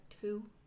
two